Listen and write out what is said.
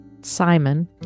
Simon